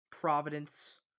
Providence